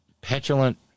petulant